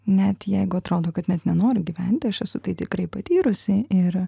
net jeigu atrodo kad net nenoriu gyventi aš esu tikrai patyrusi ir